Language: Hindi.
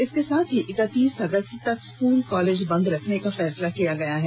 इसके साथ ही इकतीस अगस्त तक स्कूल कॉलेज बंद रखने का फैसला किया गया है